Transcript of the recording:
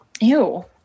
Ew